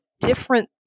different